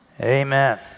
Amen